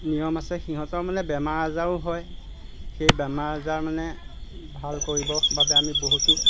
নিয়ম আছে সিহঁতৰ মানে বেমাৰ আজাৰো হয় সেই বেমাৰ আজাৰ মানে ভাল কৰিবৰ বাবে আমি বহুতো